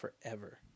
forever